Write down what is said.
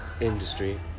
industry